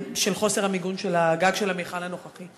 של חוסר המיגון של הגג של המכל הנוכחי.